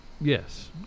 Yes